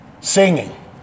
Singing